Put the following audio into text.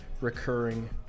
recurring